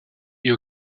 est